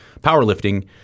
powerlifting